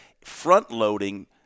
front-loading